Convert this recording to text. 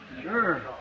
Sure